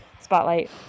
Spotlight